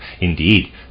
Indeed